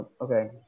Okay